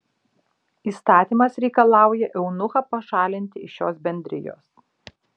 įstatymas reikalauja eunuchą pašalinti iš šios bendrijos